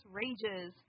rages